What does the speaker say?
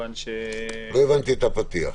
לא הבנתי את הפתיח.